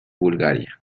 bulgaria